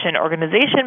organization